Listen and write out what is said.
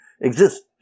exist